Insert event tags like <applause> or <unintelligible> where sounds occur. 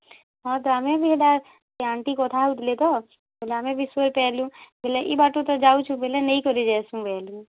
ହଁ ତ ଆମେ ଭି ହେଟା ହେ ଆଣ୍ଟି କଥା ହଉଥିଲେ ତ ବୋଇଲେ ଆମେ ବି <unintelligible> ପାଏଲୁଁ ବୋଲେ ଇ ବାଟୁ ତ ଯାଉଛୁଁ ବୋଇଲେ ନେଇକରି ଯାଏସୁଁ ବୋଇଲି